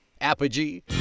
Apogee